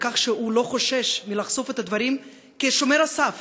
על כך שהוא לא חושש מלחשוף את הדברים כשומר הסף,